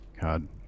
God